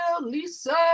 Lisa